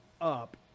up